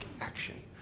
action